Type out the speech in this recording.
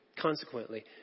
Consequently